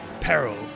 peril